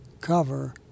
cover